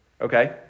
Okay